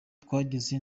twageze